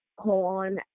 corn